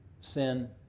sin